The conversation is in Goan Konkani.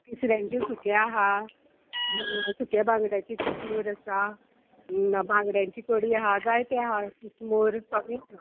तिसऱ्यांचे सुकें आहा सुक्या बांगड्याचे किसमूर आसा बांगड्यांची कडी आहा जायते आहा किसमोर सगळीं